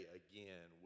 again